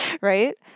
Right